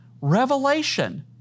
Revelation